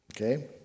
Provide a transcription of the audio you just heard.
okay